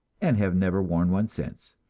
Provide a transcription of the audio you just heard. and have never worn one since.